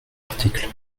l’article